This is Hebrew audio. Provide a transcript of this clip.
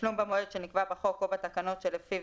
תשלום במועד שנקבע בחוק או בתקנות שלפיו,